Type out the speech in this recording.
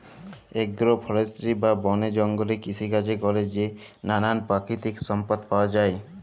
agro forestry বা বলে জঙ্গলে কৃষিকাজে ক্যরে যে লালাল পাকিতিক সম্পদ পাউয়া যায়